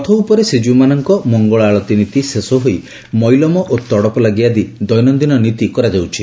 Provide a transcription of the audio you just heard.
ରଥ ଉପରେ ଶ୍ରୀଜୀଉମାନଙ୍କ ମଙ୍ଗଳ ଆଳତୀ ନୀତି ଶେଷ ହୋଇ ମଇଲମ ଓ ତଡପଲାଗି ଆଦି ଦୈନନ୍ଦିନ ନୀତି କରାଯାଉଛି